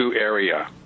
area